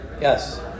Yes